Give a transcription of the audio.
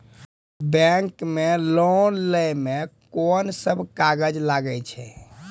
Bank मे loan लै मे कोन सब कागज लागै छै?